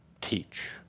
teach